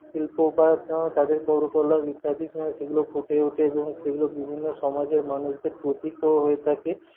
শিল্প বা তাদের কারুকলা ইত্যাদি সেইগুলো ফুটে ওঠে এবং সেগুলো বিভিন্ন সমাজের মানুষদের প্রতীকও হয়ে থাকে